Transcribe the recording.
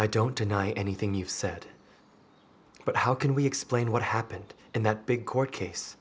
i don't deny anything you've said but how can we explain what happened in that big court case